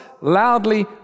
loudly